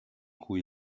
cui